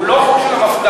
הוא לא חוק של המפד"ל.